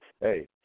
hey